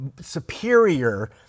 superior